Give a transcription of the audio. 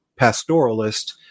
pastoralist